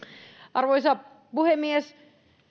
arvoisa puhemies